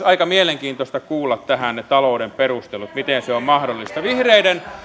aika mielenkiintoista kuulla tähän ne talouden perustelut miten se on mahdollista vihreiden